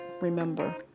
remember